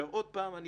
עוד פעם,